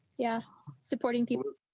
yeah, supporting people.